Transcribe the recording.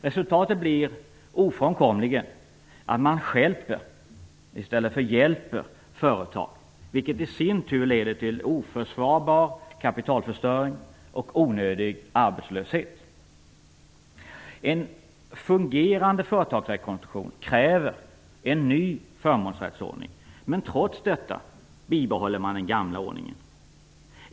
Resultatet blir ofrånkomligen att man stjälper i stället för hjälper företag, vilket i sin tur leder till oförsvarbar kapitalförstöring och onödig arbetslöshet. En fungerande företagsrekonstruktion kräver en ny förmånsrättsordning, men trots detta bibehåller man den gamla ordningen.